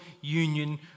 union